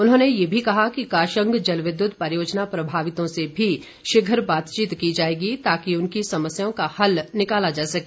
उन्होंने ये भी कहा कि काशंग जलविद्युत परियोजना प्रभावितों से भी शीघ्र बातचीत की जाएगी ताकि उनकी समस्याओं का हल निकाला जा सके